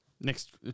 Next